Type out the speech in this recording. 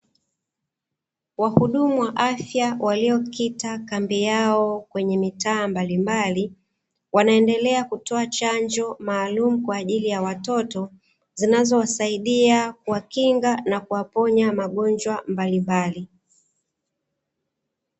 Wahudumu wa afya waliokita kambi yao kwenye mitaa mbalimbali wanaendelea kutoa chanjo maalumu kwaajili ya watoto, zinazowasaidia kuwakinga na kuwaponya magonjwa mbalimbali.